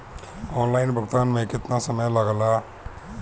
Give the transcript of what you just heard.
Online भुगतान में केतना समय लागेला?